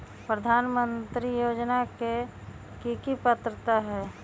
प्रधानमंत्री योजना के की की पात्रता है?